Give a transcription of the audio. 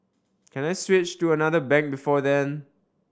can I switch to another bank before then